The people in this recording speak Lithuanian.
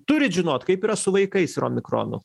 turit žinot kaip yra su vaikais ir omikronu